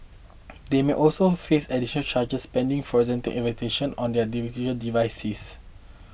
they may also face additional charges pending forensic investigation on their digital devices